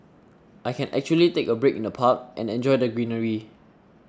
I can actually take a break in the park and enjoy the greenery